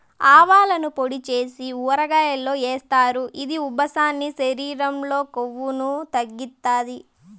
ఆవాలను పొడి చేసి ఊరగాయల్లో ఏస్తారు, ఇది ఉబ్బసాన్ని, శరీరం లో కొవ్వును తగ్గిత్తాది